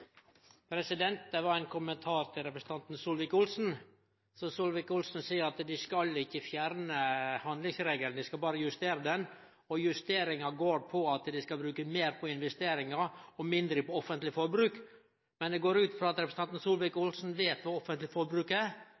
Det var ein kommentar til representanten Solvik-Olsen. Solvik-Olsen seier at dei skal ikkje fjerne handlingsregelen, dei skal berre justere han. Justeringa går på at dei skal bruke meir på investeringar og mindre på offentleg forbruk. Men eg går ut frå at representanten Solvik-Olsen veit kva offentleg forbruk er.